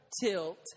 tilt